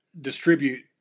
distribute